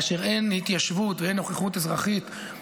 כאשר אין התיישבות ואין נוכחות אזרחית,